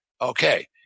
Okay